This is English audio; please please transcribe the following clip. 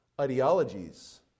ideologies